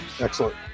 Excellent